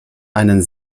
einen